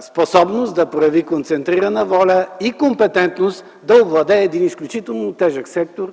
способност да прояви концентрирана воля и компетентност да овладее един изключително тежък сектор,